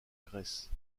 grèce